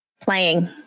playing